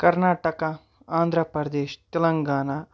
Karnataka Andhra Pradesh Telangana